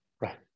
Right